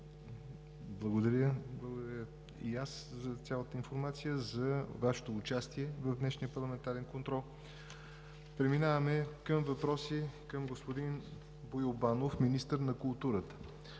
Благодаря за цялата информация и за Вашето участие в днешния парламентарен контрол. Преминаваме към въпроси към господин Боил Банов – министър на културата.